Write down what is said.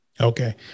Okay